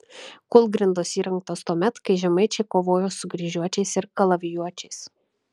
kūlgrindos įrengtos tuomet kai žemaičiai kovojo su kryžiuočiais ir kalavijuočiais